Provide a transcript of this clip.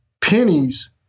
pennies